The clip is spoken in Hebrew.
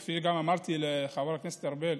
כפי שאמרתי גם לחבר הכנסת ארבל,